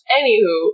Anywho